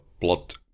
plot